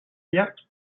llargs